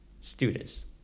students